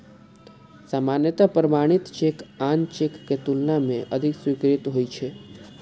सामान्यतः प्रमाणित चेक आन चेक के तुलना मे जल्दी स्वीकृत होइ छै